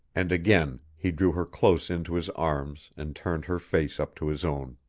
and again he drew her close into his arms and turned her face up to his own.